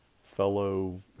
fellow